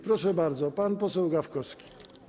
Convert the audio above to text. Proszę bardzo, pan poseł Gawkowski.